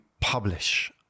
publish